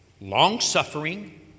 long-suffering